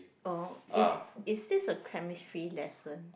oh is is this a chemistry lesson